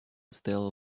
стоял